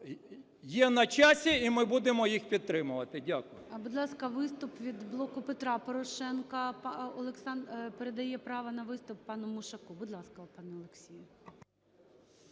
Є на часі, і ми будемо їх підтримувати. Дякую.